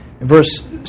verse